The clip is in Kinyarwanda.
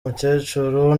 mukecuru